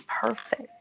perfect